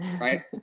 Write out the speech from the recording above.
right